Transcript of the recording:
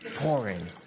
pouring